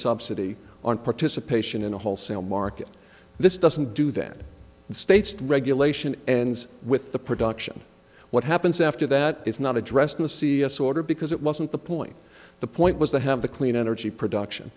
subsidy on participation in a wholesale market this doesn't do that the states regulation and with the production what happens after that is not addressed in the c s order because it wasn't the point the point was to have the clean energy production